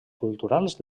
culturals